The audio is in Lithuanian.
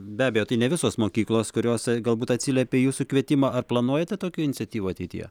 be abejo tai ne visos mokyklos kurios galbūt atsiliepė į jūsų kvietimą ar planuojate tokių iniciatyvų ateityje